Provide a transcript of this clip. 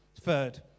Third